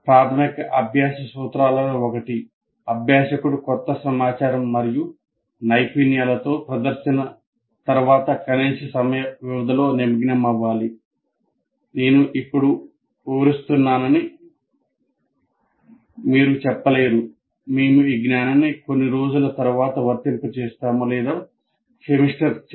ప్రాథమిక అభ్యాస సూత్రాలలో ఒకటి అభ్యాసకుడు క్రొత్త సమాచారం మరియు నైపుణ్యాలతో ప్రదర్శన తర్వాత కనీస సమయ వ్యవధితో నిమగ్నమవ్వాలి